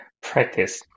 practice